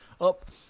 up